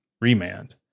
Remand